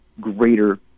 greater